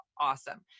awesome